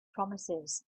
promises